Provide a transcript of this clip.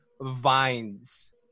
vines